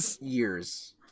years